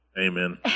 Amen